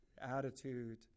attitude